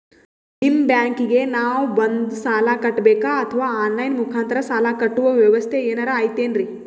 ನಿಮ್ಮ ಬ್ಯಾಂಕಿಗೆ ನಾವ ಬಂದು ಸಾಲ ಕಟ್ಟಬೇಕಾ ಅಥವಾ ಆನ್ ಲೈನ್ ಮುಖಾಂತರ ಸಾಲ ಕಟ್ಟುವ ವ್ಯೆವಸ್ಥೆ ಏನಾರ ಐತೇನ್ರಿ?